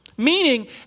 Meaning